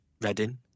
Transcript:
Reading